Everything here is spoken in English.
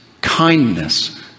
kindness